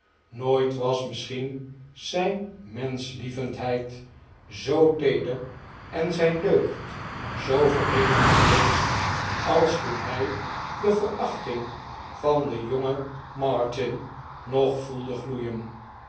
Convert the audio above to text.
nooit was misschien zijn menschlievendheid zoo feeder en zijn deugd zoo verheven geweest als toen hij de verachting van den jongen martin nog voelde gloeien